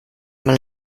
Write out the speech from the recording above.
mal